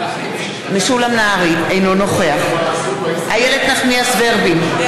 אינו נוכח איילת נחמיאס ורבין,